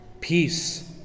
peace